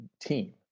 team